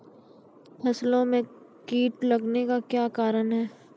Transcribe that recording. फसलो मे कीट लगने का क्या कारण है?